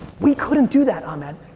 we couldn't do that, ahmed.